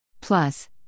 Plus